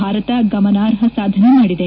ಭಾರತ ಗಮನಾರ್ಹ ಸಾಧನೆ ಮಾಡಿದೆ